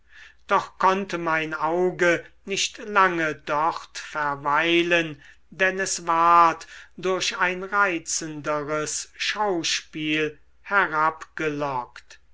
doch konnte mein auge nicht lange dort verweilen denn es ward durch ein reizenderes schauspiel